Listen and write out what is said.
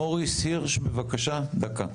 מוריס הירש, בבקשה, דקה.